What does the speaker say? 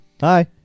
Hi